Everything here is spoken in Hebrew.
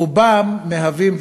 רובם מהווים,